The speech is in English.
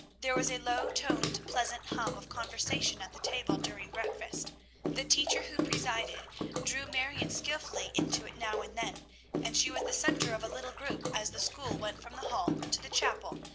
there was a low-toned, pleasant hum of conversation at the table during breakfast the teacher who presided drew marion skilfully into it now and then and she was the centre of a little group as the school went from the hall to the chapel,